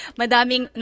madaming